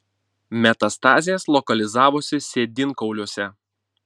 metastazės lokalizavosi sėdynkauliuose